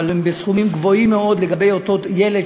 אבל סכומים גבוהים מאוד לגבי אותו ילד,